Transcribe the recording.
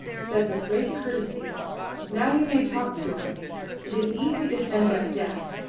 said with great courtesy now we may talk, tuan. it is easy to send out death,